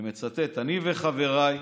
אני מצטט: אני וחבריי,